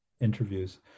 interviews